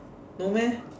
no meh